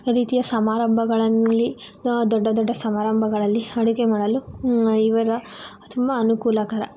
ರೀತಿಯ ಸಮಾರಂಭಗಳಲ್ಲಿ ದೊಡ್ಡ ದೊಡ್ಡ ಸಮಾರಂಭಗಳಲ್ಲಿ ಅಡುಗೆ ಮಾಡಲು ಇವರ ತುಂಬ ಅನುಕೂಲಕರ